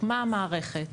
הוקמה המערכת,